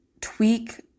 tweak